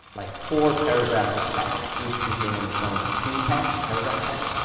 like four paragraphs of text, each containing its own p tag, paragraph tag,